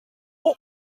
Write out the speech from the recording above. what